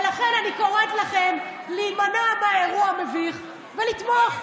ולכן אני קוראת לכם להימנע מהאירוע המביך ולתמוך.